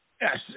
Yes